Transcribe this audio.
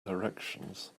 directions